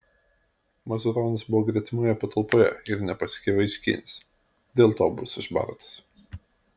mazuronis buvo gretimoje patalpoje ir nepasiekė vaičkienės dėl to bus išbartas